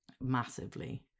Massively